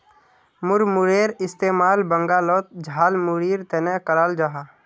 मुड़मुड़ेर इस्तेमाल बंगालोत झालमुढ़ीर तने कराल जाहा